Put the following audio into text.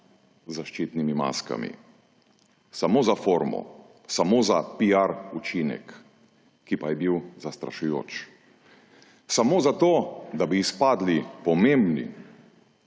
zaščitnimi maskami. Samo za formo, samo za piar učinek, ki pa je bil zastrašujoč. Samo zato da bi izpadli pomembni,